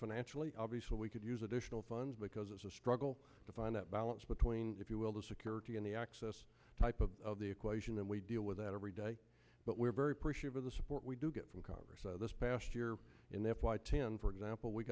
financially obviously we could use additional funds because it's a struggle to find that balance between if you will the security and the access type of of the equation and we deal with that every day but we're very pressured with the support we do get from congress this past year in f y ten for example we